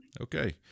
Okay